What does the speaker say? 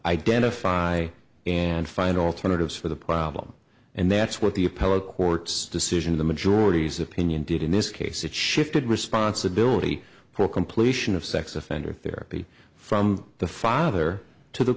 identify and find alternatives for the problem and that's what the appellate court's decision the majority's opinion did in this case it shifted responsibility for completion of sex offender therapy from the father to the